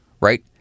right